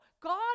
God